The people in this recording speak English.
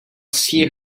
see